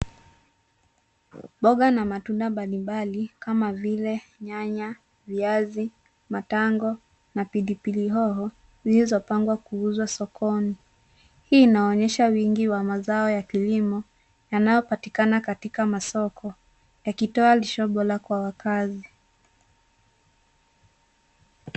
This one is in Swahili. Mboga na matunda mbali mbali kama vile, nyanya, viazi, matango, na pilipili hoho, zilizopangwa kuuzwa sokoni. Hii inaonyesha wingi wa mazao ya kilimo, yanayopatikana katika masoko, yakitoa lishe bora kwa wakaazi.